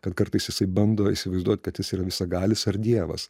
kad kartais jisai bando įsivaizduot kad jis yra visagalis ar dievas